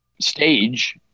stage